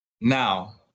now